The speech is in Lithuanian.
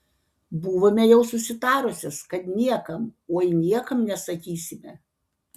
buvome jau susitarusios kad niekam oi niekam nesakysime